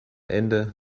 ende